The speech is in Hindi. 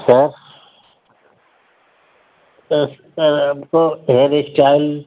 सर अरे हमको हेयर इस्टाइल